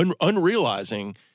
unrealizing